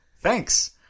thanks